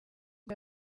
ngo